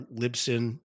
Libsyn